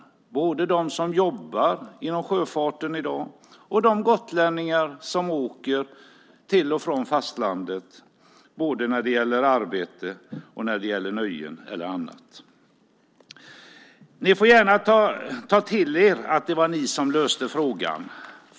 Det var både de som jobbar inom sjöfarten i dag och de gotlänningar som åker till och från fastlandet när det gäller både arbete och nöjen eller annat. Ni får gärna ta till er att det var ni som löste frågan.